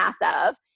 massive